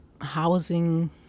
housing